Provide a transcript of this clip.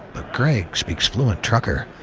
but greg speaks fluent trucker,